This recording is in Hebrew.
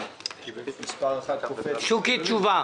אני מבקש לשמוע, אם אפשר, תשובות קצרות.